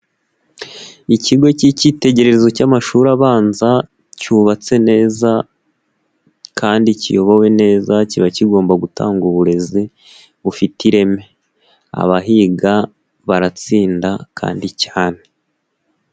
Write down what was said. Ikigo cy'icyitegererezo cy'amashuri abanza cyubatse neza kandi kiyobowe neza kiba kigomba gutanga uburezi bufite ireme, abahiga baratsinda kandi cyane.